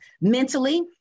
mentally